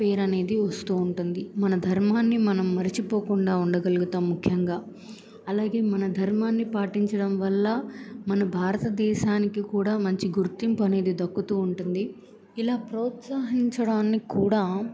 పేరు అనేది వస్తూ ఉంటుంది మన ధర్మాన్ని మనం మర్చిపోకుండా ఉండగలుగుతాం ముఖ్యంగా అలాగే మన ధర్మాన్ని పాటించడం వల్ల మన భారతదేశానికి కూడా మంచి గుర్తింపు అనేది దక్కుతూ ఉంటుంది ఇలా ప్రోత్సహించడానికి కూడా